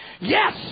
Yes